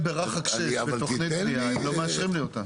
ברחק של בתוכנית בנייה הם לא מאשרים לי אותה.